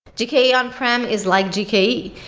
gke on-prem is like gke.